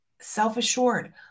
self-assured